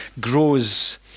grows